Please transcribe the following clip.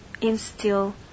instill